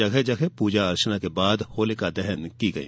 जगह जगह पूजा अर्चना के बाद होलिका दहन की गई